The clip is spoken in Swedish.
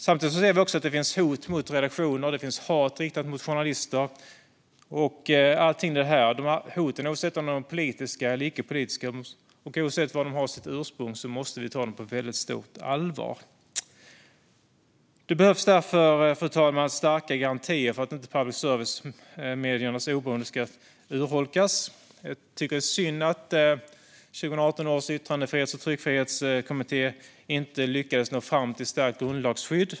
Samtidigt ser vi att det finns hot mot redaktioner och att det riktas hat mot journalister. Oavsett om hoten är politiska eller icke-politiska och oavsett var de har sitt ursprung måste vi ta dem på väldigt stort allvar. Det behövs därför starka garantier för att public service-mediernas oberoende inte ska urholkas, fru talman. Jag tycker att det är synd att 2018 års yttrande och tryckfrihetskommitté inte lyckades nå fram till ett stärkt grundlagsskydd.